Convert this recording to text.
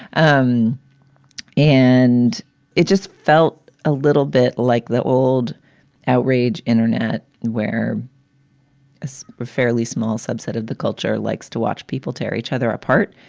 um and it just felt a little bit like the old outrage. internet, where it's a so fairly small subset of the culture, likes to watch people tear each other apart,